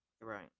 Right